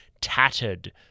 tattered